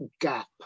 gap